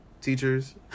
teachers